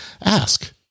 ask